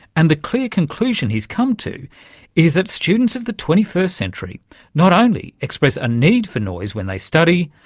and the clear conclusion he's come to is that students of the twenty first century not only express a need for noise when they study,